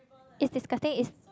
it's disgusting it's